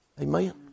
Amen